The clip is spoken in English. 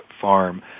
farm